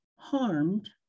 harmed